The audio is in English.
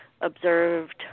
observed